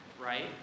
right